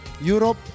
Europe